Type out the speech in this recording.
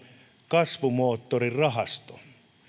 kasvumoottorirahasto